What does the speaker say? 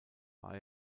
war